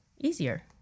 easier